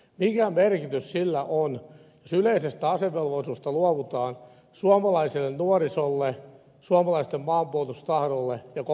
mikä merkitys sillä on jos yleisestä asevelvollisuudesta luovutaan suomalaiselle nuorisolle suomalaisten maanpuolustustahdolle ja koko tälle järjestelmälle